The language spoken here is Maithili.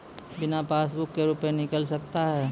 बिना पासबुक का रुपये निकल सकता हैं?